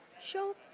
show